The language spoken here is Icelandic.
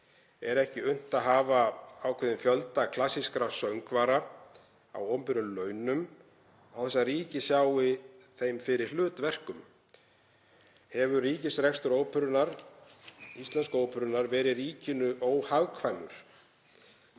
Er ekki unnt að hafa ákveðinn fjölda klassískra söngvara á opinberum launum án þess að ríkið sjái þeim fyrir hlutverkum? Hefur rekstur Íslensku óperunnar verið ríkinu óhagkvæmur?